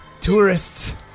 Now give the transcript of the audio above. tourists